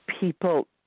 people